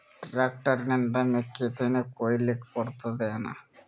Tractor ನಿಂದ ಮೆಕ್ಕಿತೆನಿ ಕೊಯ್ಯಲಿಕ್ ಬರತದೆನ?